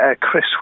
Chris